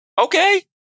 okay